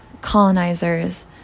colonizers